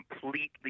completely